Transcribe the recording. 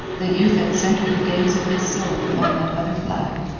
the youth had centered the gaze of his soul upon that other flag.